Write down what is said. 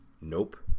Nope